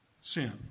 Sin